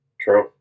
True